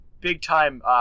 big-time